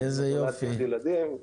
נולדו לי ילדים.